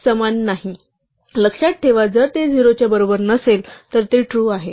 लक्षात ठेवा जर ते 0 च्या बरोबर नसेल तर ते ट्रू आहे